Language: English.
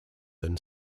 than